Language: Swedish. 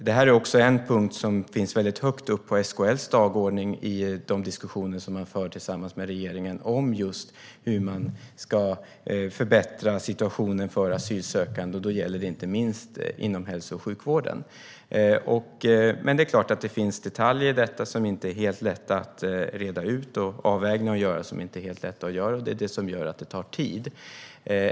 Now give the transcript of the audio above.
Detta är också en punkt som finns högt upp på SKL:s dagordning i de diskussioner man för med regeringen om just hur man ska förbättra situationen för asylsökande, och då gäller det inte minst inom hälso och sjukvården. Det är klart att det finns detaljer som inte är helt lätta att reda ut och avvägningar att göra som inte är helt lätta. Det är det som gör att det tar tid.